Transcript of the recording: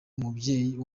umubyeyi